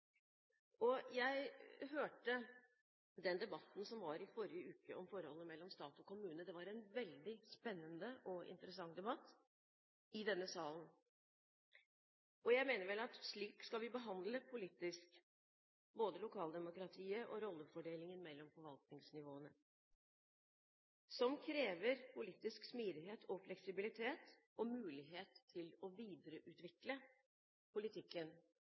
Jeg hørte på den debatten som var i forrige uke om forholdet mellom stat og kommune. Det var en veldig spennende og interessant debatt. Jeg mener at slik skal vi behandle politisk både lokaldemokratiet og rollefordelingen mellom forvaltningsnivåene – som krever politisk smidighet og fleksibilitet og mulighet til å videreutvikle politikken